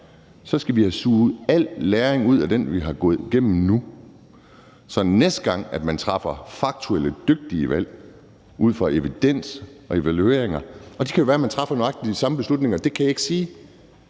skal vi have suget al læring ud af den, vi nu er gået igennem, så man næste gang træffer faktuelt dygtige valg ud fra evidens og evalueringer. Det kan jo være, at man træffer nøjagtig de samme beslutninger. Det kan jeg ikke sige,